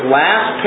last